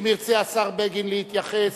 אם ירצה השר בגין להתייחס,